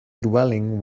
dwelling